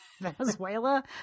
Venezuela